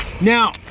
now